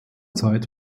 zeit